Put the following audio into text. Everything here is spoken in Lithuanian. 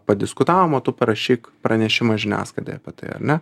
padiskutavom o tu parašyk pranešimą žiniasklaidai apie tai ar ne